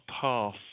path